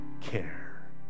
care